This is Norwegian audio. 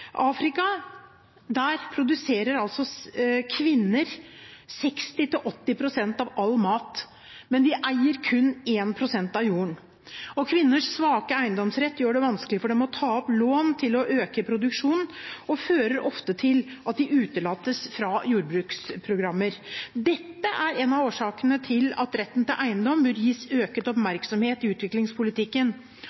Afrika produserer kvinner 60–80 pst. av all mat, men de eier kun 1 pst. av jorda. Kvinners svake eiendomsrett gjør det vanskelig for dem å ta opp lån for å øke produksjonen og fører ofte til at de utelates fra jordbruksprogrammer. Dette er en av årsakene til at retten til eiendom bør gis